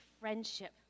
friendship